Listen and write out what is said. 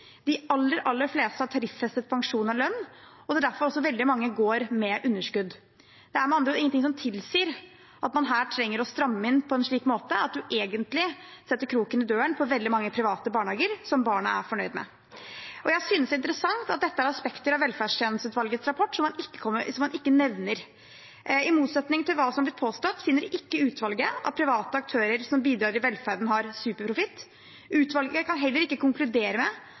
De aller, aller fleste har tariffestet pensjon og lønn, og det er derfor veldig mange av dem går med underskudd. Det er med andre ord ingenting som tilsier at man her trenger å stramme inn på en slik måte at man egentlig setter kroken på døren for veldig mange private barnehager som barna er fornøyd med. Jeg synes det er interessant at dette er aspekter av velferdstjenesteutvalgets rapport som man ikke nevner. I motsetning til hva som er blitt påstått, finner ikke utvalget at private aktører som bidrar i velferden, har superprofitt. Utvalget kan heller ikke konkludere med